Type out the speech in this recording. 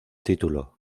título